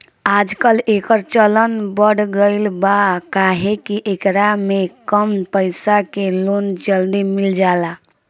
आजकल, एकर चलन बढ़ गईल बा काहे कि एकरा में कम पईसा के लोन जल्दी मिल जाला